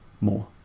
More